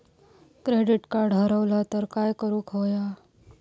Credit card हरवला तर काय करुक होया?